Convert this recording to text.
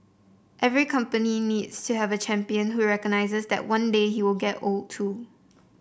every company needs to have a champion who recognizes that one day he will get old too